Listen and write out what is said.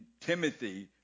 Timothy